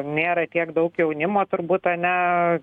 nėra tiek daug jaunimo turbūt ane